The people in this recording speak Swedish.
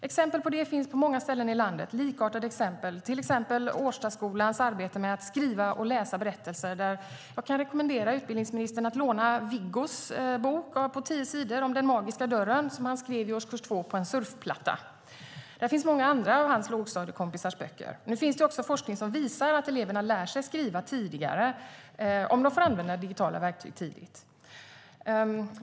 Exempel på det finns på många ställen i landet, till exempel Årstaskolans arbete med att skriva och läsa berättelser, där jag kan rekommendera utbildningsministern att låna Viggos bok Den magiska dörren på tio sidor som han skrev i årskurs 2 på en surfplatta. Där finns också många andra av hans lågstadiekompisars böcker. Nu finns det också forskning som visar att barn lär sig skriva tidigare om de får använda digitala verktyg tidigt.